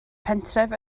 pentref